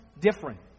different